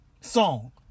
Song